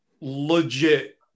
legit